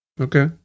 Okay